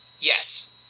Yes